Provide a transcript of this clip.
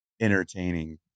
entertaining